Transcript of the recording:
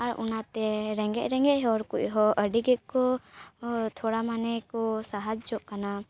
ᱟᱨ ᱚᱱᱟ ᱛᱮ ᱨᱮᱸᱜᱮᱡ ᱨᱮᱸᱜᱮᱡ ᱦᱚᱲ ᱠᱚᱦᱚᱸ ᱟᱹᱰᱤ ᱜᱮᱠᱚ ᱛᱷᱚᱲᱟ ᱢᱟᱱᱮ ᱠᱚ ᱥᱟᱦᱟᱡᱽᱡᱚᱜ ᱠᱟᱱᱟ